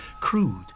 crude